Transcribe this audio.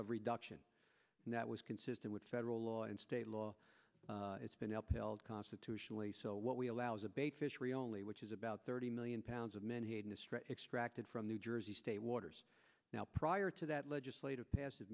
of reduction that was consistent with federal law and state law it's been help held constitutionally so what we allow is a bait fishery only which is about thirty million pounds of menhaden extracted from new jersey state waters now prior to that legislative passive